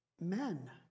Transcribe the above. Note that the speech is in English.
men